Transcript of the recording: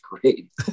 great